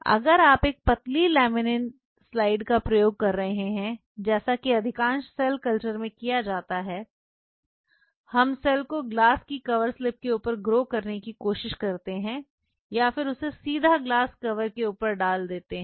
अगर आप एक पतली लैमिनिन स्लाइड का प्रयोग कर रहे हैं जैसा कि अधिकांश सेल कल्चर में किया जाता है हम सेल को ग्लास की कवस लिप्स के ऊपर ग्रो करने की कोशिश करते हैं या फिर उसे सीधा ग्लास कवर के ऊपर डाल देते हैं